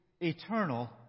eternal